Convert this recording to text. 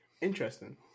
Interesting